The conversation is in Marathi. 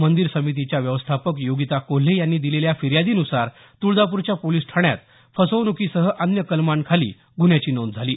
मंदिर समितीच्या व्यवस्थापक योगिता कोल्हे यांनी दिलेल्या फिर्यादीनुसार तुळजापूरच्या पोलिस ठाण्यात फसवण्कीसह अन्य कलमांखाली गुन्ह्याची नोंद झाली